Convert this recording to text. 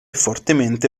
fortemente